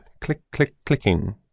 click-click-clicking